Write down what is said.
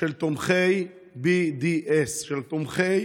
של תומכי BDS, של תומכי